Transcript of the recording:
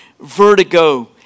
vertigo